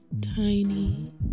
Tiny